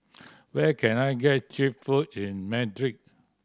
where can I get cheap food in Madrid